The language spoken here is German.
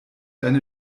deine